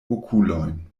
okulojn